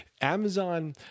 Amazon